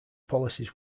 policies